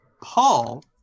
Paul